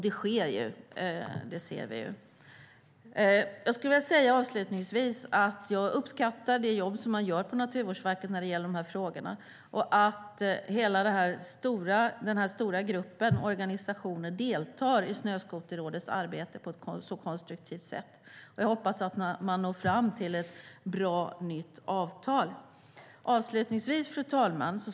Vi ser att det sker. Jag uppskattar det jobb som görs på Naturvårdsverket i dessa frågor. Hela den stora gruppen organisationer deltar i Snöskoterrådets arbete på ett konstruktivt sätt. Jag hoppas att man når fram till ett bra nytt avtal. Fru talman!